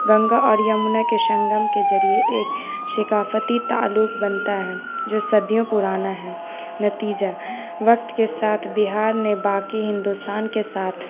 گنگا اور یمنا کے سنگم کے ذریعے ایک ثقافتی تعلق بنتا ہے جو صدیوں پرانا ہے نتیجہ وقت کے ساتھ بہار نے باقی ہندوستان کے ساتھ